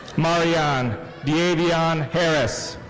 maurion deavion harris.